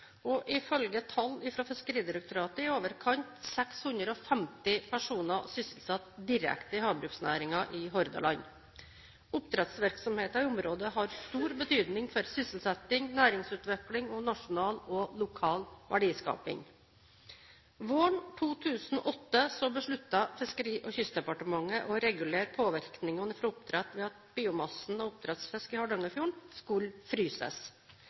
og ifølge tall fra Fiskeriderektoratet er i overkant av 650 personer sysselsatt direkte i havbruksnæringen i Hordaland. Oppdrettsvirksomheten i området har stor betydning for sysselsetting, næringsutvikling og nasjonal og lokal verdiskaping. Våren 2008 besluttet Fiskeri- og kystdepartementet å regulere påvirkningene fra oppdrett ved at biomassen av oppdrettsfisk i Hardangerfjorden skulle fryses.